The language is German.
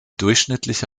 durchschnittliche